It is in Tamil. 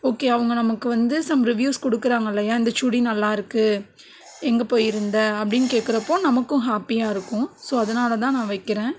ஓகே அவங்க நமக்கு வந்து சம் ரிவ்யுஸ் கொடுக்குறாங்க இல்லையா இந்த சுடி நல்லாயிருக்கு எங்கே போயிருந்தே அப்படின் கேட்குறப்போ நமக்கும் ஹாப்பியாகருக்கும் ஸோ அதனாலதான் நான் வைக்கிறேன்